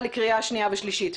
התש"ף-2020 (מ/1323),